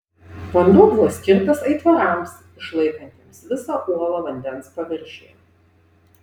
vanduo buvo skirtas aitvarams išlaikantiems visą uolą vandens paviršiuje